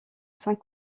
saint